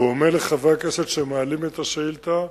ואומר לחברי הכנסת שמעלים את השאילתא: